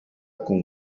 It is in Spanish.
con